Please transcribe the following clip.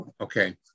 Okay